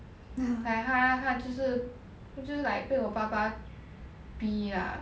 like 他他就是就是 like 被我爸爸逼 lah